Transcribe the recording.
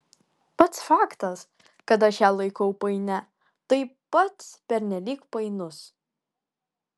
pats faktas kad aš ją laikau painia taip pat pernelyg painus